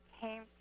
came